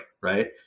right